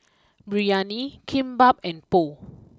Biryani Kimbap and Pho